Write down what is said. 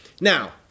Now